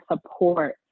support